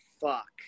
fuck